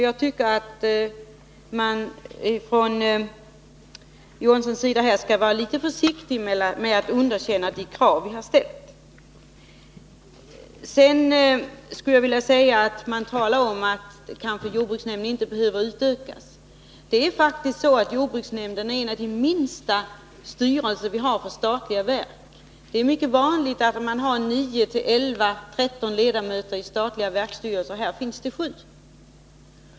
Jag tycker att Filip Johansson skall vara litet försiktig med att underkänna de krav som vi har ställt. Man talar om att jordbruksnämnden kanske inte behöver utökas. Men det är faktiskt så att jordbruksnämnden är en av de minsta styrelser som vi har för statliga verk. Det är mycket vanligt med nio till elva, ja upp till tretton ledamöter i statliga verksstyrelser — här finns det sju.